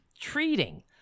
treating